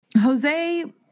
Jose